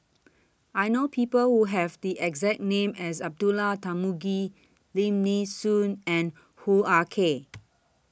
I know People Who Have The exact name as Abdullah Tarmugi Lim Nee Soon and Hoo Ah Kay